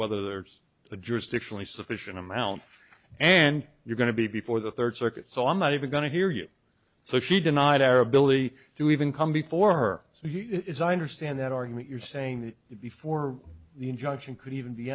whether there's a jurisdictionally sufficient amount and you're going to be before the third circuit so i'm not even going to hear you so she denied our ability to even come before her so he is i understand that argument you're saying that before the injunction could even be